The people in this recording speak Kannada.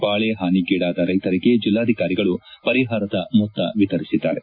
ಬೆಳೆ ಹಾನಿಗೀಡಾದ ರೈತರಿಗೆ ಜಿಲ್ಡಾಧಿಕಾರಿಗಳು ಪರಿಹಾರದ ಮೊತ್ತ ವಿತರಿಸಿದ್ದಾರೆ